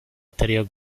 atariyo